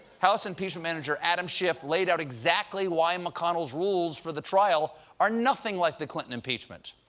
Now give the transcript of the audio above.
house impeachment manager adam schiff laid out exactly why mcconnell's rules for the trial are nothing like the clinton impeachment.